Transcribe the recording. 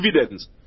evidence